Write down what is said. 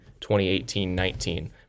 2018-19